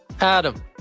Adam